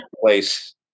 place